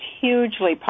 hugely